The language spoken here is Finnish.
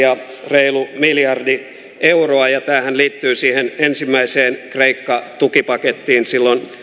reilu miljardi euroa ja tämähän liittyy siihen ensimmäiseen kreikka tukipakettiin silloin